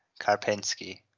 Karpinski